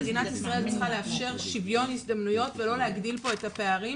מדינת ישראל צריכה לאפשר שוויון הזדמנויות ולא להגדיל פה את הפערים,